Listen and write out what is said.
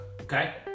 Okay